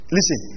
Listen